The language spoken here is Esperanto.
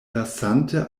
lasante